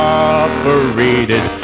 operated